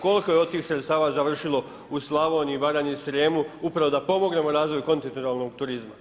Koliko je od tih sredstava završilo u Slavoniji, Baranji, Srijemu upravo da pomognemo razvoju kontinentalnog turizma.